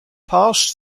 passed